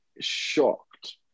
shocked